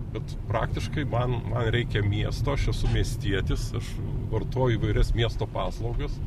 bet praktiškai man man reikia miesto aš esu miestietis aš vartoju įvairias miesto paslaugas